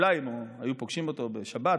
אולי אם היו פוגשים אותו בשבת,